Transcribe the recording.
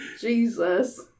Jesus